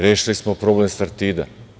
Rešili smo problem Sartida.